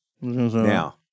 Now